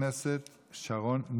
חברת הכנסת שרון ניר.